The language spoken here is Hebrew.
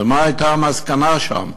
ומה הייתה המסקנה שם?